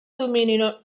domini